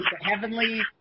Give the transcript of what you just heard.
heavenly